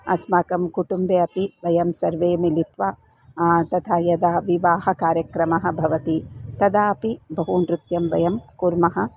अस्माकं कुटुम्बे अपि वयं सर्वे मिलित्वा तथा यदा विवाहकार्यक्रमः भवति तदापि बहु नृत्यं वयं कुर्मः